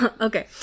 okay